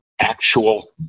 actual